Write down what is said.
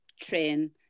train